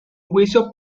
juicio